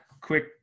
quick